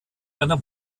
einer